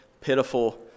pitiful